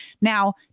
Now